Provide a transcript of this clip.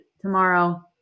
tomorrow